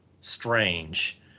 strange